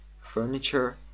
Furniture